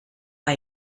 war